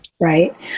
right